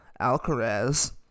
Alcaraz